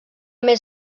més